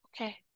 okay